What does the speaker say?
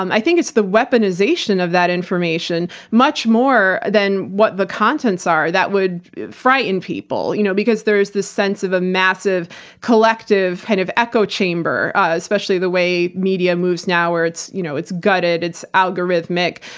um i think it's the weaponization of that information, much more than what the contents are, that would frighten people. you know because there is the sense of a massive collective kind of echo chamber, especially the way media moves now, where it's you know it's gutted, it's algorithmic.